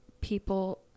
people